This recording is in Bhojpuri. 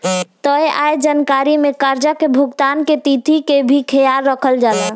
तय आय जानकारी में कर्जा के भुगतान के तिथि के भी ख्याल रखल जाला